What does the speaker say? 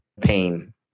pain